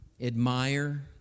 admire